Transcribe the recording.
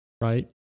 right